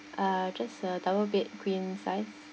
uh just a double bed queen size